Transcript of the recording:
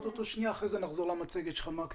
אחר כך נחזור למצגת של מקס